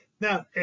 Now